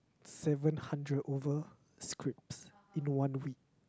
seven hundred over scripts in one week